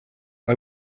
mae